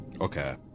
Okay